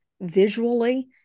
visually